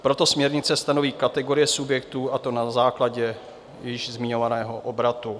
Proto směrnice stanoví kategorie subjektů, a to na základě již zmiňovaného obratu.